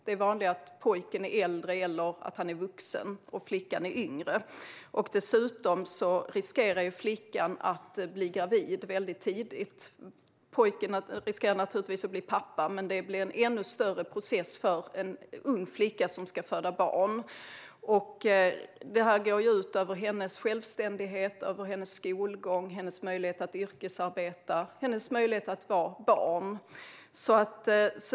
Det är vanligare att pojken är äldre eller vuxen och att flickan är yngre. Dessutom löper ju flickan risk att bli gravid väldigt tidigt. Pojken riskerar att bli pappa, men det blir en ännu större process för en ung flicka som ska föda barn. Det går ut över hennes självständighet, hennes skolgång, hennes möjlighet att yrkesarbeta och hennes möjlighet att vara barn.